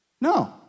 No